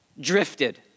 drifted